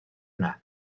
yna